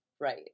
Right